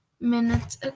minutes